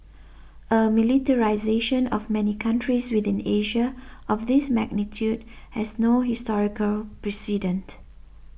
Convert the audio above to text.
a militarisation of many countries within Asia of this magnitude has no historical precedent